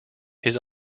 his